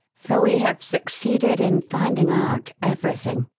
for we have succeeded in finding out everything.